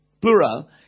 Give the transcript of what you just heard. plural